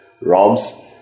robs